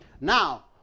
Now